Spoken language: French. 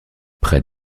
près